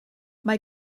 mae